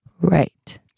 Right